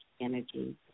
energy